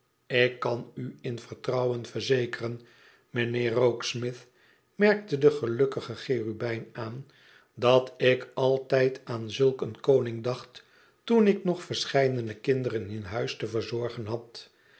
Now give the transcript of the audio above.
ik kan u in vertrouwen verzekeren mijnheer rokesmith merkte de gelukkige cherubijn aan i dat ik altijd aan zulk een konmg dacht toen ik nog verscheidene kinderen in huis te verzorgen had